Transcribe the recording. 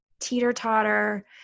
teeter-totter